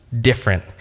different